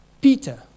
Peter